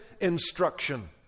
instruction